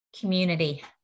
Community